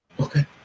Okay